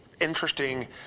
interesting